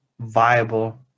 viable